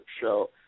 show